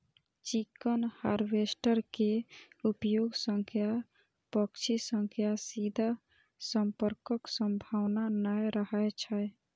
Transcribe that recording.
chicken harvester के उपयोग सं पक्षी सं सीधा संपर्कक संभावना नै रहै छै